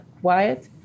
quiet